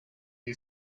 you